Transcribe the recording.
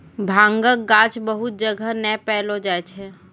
भांगक गाछ बहुत जगह नै पैलो जाय छै